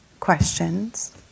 Questions